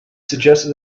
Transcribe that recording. suggested